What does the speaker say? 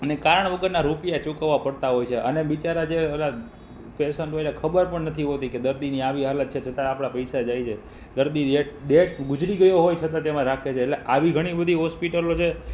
અને કારણ વગરના રૂપિયા ચૂકવવા પડતા હોય છે અને બિચારા જે ઓલા પેશન્ટ હોયને ખબર પણ નથી હોતી કે દર્દીની આવી હાલત છે છતાંય આપણા પૈસા જાય છે દર્દી ડેથ ગુજરી ગયો હોવા છતાં તેમાં રાખે છે એટલે આવી ઘણી બધી હોસ્પિટલો છે